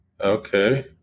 Okay